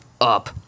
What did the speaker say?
up